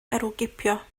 herwgipio